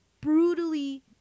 brutally